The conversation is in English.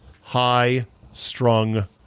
high-strung